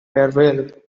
farewell